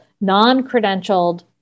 non-credentialed